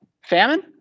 famine